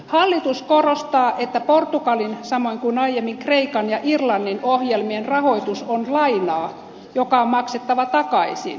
hallitus korostaa että portugalin samoin kuin aiemmin kreikan ja irlannin ohjelmien rahoitus on lainaa joka on maksettava takaisin